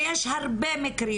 ויש הרבה מקרים,